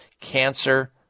Cancer